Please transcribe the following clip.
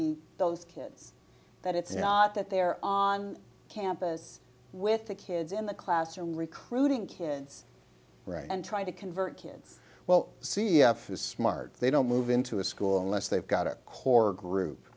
be those kids that it's not that they're on campus with the kids in the classroom recruiting kids right and trying to convert kids well c f is smart they don't move into a school unless they've got a core